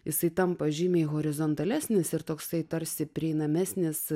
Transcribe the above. jisai tampa žymiai horizontalesnis ir toksai tarsi prieinamesnis